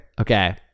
okay